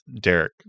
Derek